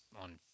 on